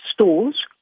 stores